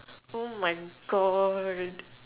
oh my god